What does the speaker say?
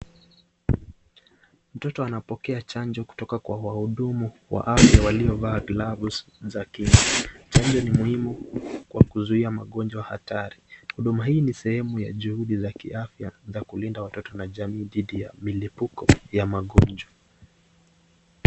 Mtoto anapokea chanjo kutoka kwa wahudumu wa afya waliovaa glavu za kinga. Chanjo ni muhimu kwa kuzuia magonjwa hatari. Huduma hii ni sehemu ya juhudi za kiafya za kulinda watoto na jamii dhidi ya milipuko ya magonjwa.